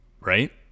right